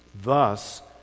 Thus